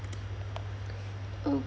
oh